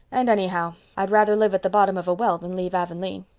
and anyhow, i'd rather live at the bottom of a well than leave avonlea.